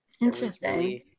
Interesting